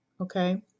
okay